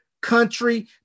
country